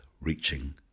reaching